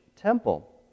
temple